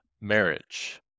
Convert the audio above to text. marriage